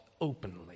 openly